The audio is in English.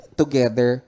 together